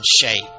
shake